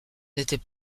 n’était